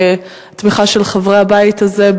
את התמיכה של רוב חברי הבית הזה,